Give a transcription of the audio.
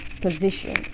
position